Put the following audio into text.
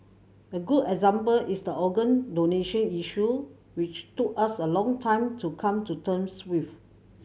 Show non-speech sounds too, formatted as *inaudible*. a good *unintelligible* is the organ donation issue which took us a long time to come to terms with